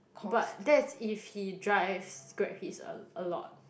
but that is if he drives Grab Hitch a~ a lot